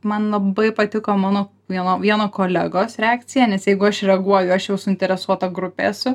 man labai patiko mano vieno vieno kolegos reakcija nes jeigu aš reaguoju aš jau suinteresuota grupė esu